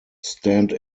stand